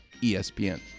ESPN